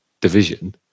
division